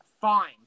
fine